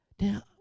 Now